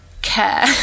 care